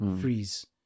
Freeze